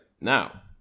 Now